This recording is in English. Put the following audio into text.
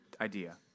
idea